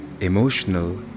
emotional